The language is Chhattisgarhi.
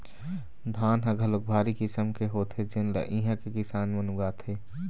धान ह घलोक भारी किसम के होथे जेन ल इहां के किसान मन उगाथे